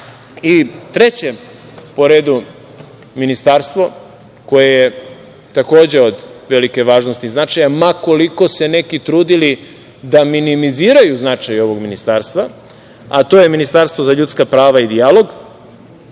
po redu ministarstvo, koje je takođe od velike važnosti i značaja, ma koliko se neki trudili da minimiziraju značaj ovog ministarstva, to je Ministarstvo za ljudska prava i dijalog.